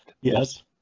Yes